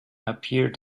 appeared